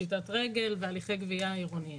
פשיטת רגל והליכי גבייה עירוניים.